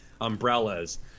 umbrellas